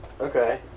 okay